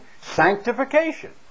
sanctification